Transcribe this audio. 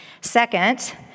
Second—